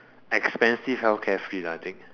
expensive healthcare free lah I think